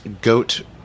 goat